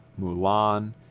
Mulan